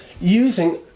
using